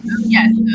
Yes